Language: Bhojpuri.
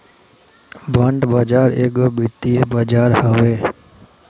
बांड बाजार एगो वित्तीय बाजार हवे